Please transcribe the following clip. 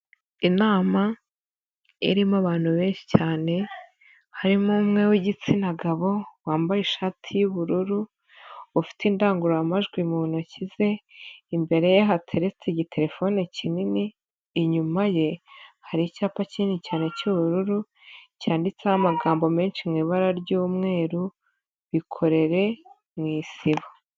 Inama irimo abantu benshi cyane, harimo umwe w'igitsina gabo wambaye ishati y'ubururu ufite indangururamajwi mu ntoki ze, imbere ye hateretse igitelefone kinini, inyuma ye hari icyapa kinini cyane cy'ubururu cyanditseho amagambo menshi mu ibara ry'umweru, bikorere mu isibo.